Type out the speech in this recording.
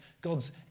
God's